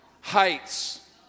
heights